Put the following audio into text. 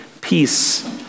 peace